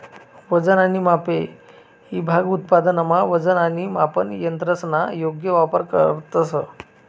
वजन आणि मापे ईभाग उत्पादनमा वजन आणि मापन यंत्रसना योग्य वापर करतंस